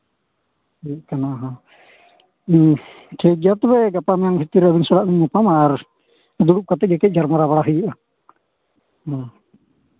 ᱦᱮᱸ ᱴᱷᱤᱠ ᱜᱮᱭᱟ ᱛᱚᱵᱮ ᱜᱟᱯᱟ ᱢᱮᱭᱟᱝ ᱵᱷᱤᱛᱤᱨ ᱨᱮ ᱟᱹᱵᱤᱱ ᱥᱟᱞᱟᱜ ᱞᱤᱧ ᱧᱟᱯᱟᱢᱟ ᱟᱨ ᱫᱩᱲᱩᱵ ᱠᱟᱛᱮᱫ ᱜᱮ ᱠᱟᱹᱡ ᱜᱟᱞᱢᱟᱨᱟᱣ ᱵᱟᱲᱟ ᱦᱩᱭᱩᱜᱼᱟ ᱦᱮᱸ